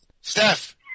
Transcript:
Steph